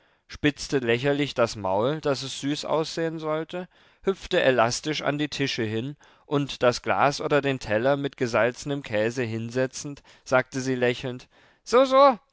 spitzte lächerlich das maul daß es süß aussehen sollte hüpfte elastisch an die tische hin und das glas oder den teller mit gesalzenem käse hinsetzend sagte sie lächelnd so so